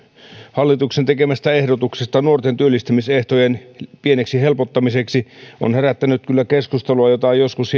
hallituksen tekemästä ehdotuksesta nuorten työllistämisehtojen pieneksi helpottamiseksi on herättänyt kyllä keskustelua jota joskus